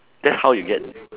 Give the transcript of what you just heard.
that's how you get